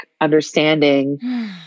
understanding